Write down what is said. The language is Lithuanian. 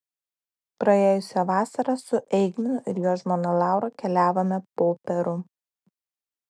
praėjusią vasarą su eigminu ir jo žmona laura keliavome po peru